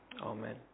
Amen